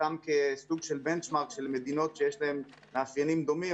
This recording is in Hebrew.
כסוג של בנצ'מרק של מדינות שיש להן מאפיינים דומים,